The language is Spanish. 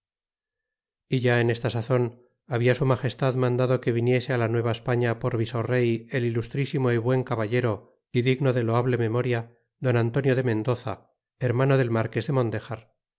e ya en esta sazon habia su magestad mandado que viniese la nueva españa por visorrey el ilustrísimo y buen caballero é digno de loable memoria don antonio de mendoza hermano del marques de mondejar